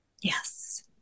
Yes